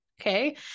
okay